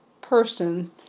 person